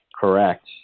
correct